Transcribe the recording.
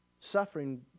suffering